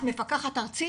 את מפקחת ארצית,